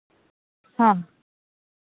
ᱦᱮᱸ